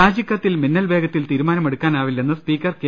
രാജിക്കത്തിൽ മിന്നൽവേഗത്തിൽ തീരുമാനമെടുക്കാനാവില്ലെന്ന് speaker K